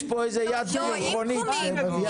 עם תחומים.